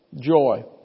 joy